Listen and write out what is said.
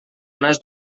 ones